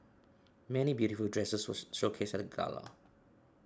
many beautiful dresses were showcased at the gala